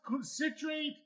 citrate